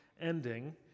ending